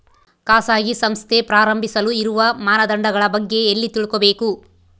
ಖಾಸಗಿ ಸಂಸ್ಥೆ ಪ್ರಾರಂಭಿಸಲು ಇರುವ ಮಾನದಂಡಗಳ ಬಗ್ಗೆ ಎಲ್ಲಿ ತಿಳ್ಕೊಬೇಕು?